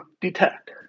detect